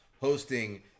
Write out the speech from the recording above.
hosting